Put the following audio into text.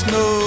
no